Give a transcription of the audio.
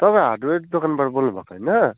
तपाईँ हार्डवेयर दोकानबाट बोल्नु भएको होइन